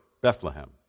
Bethlehem